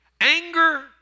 Anger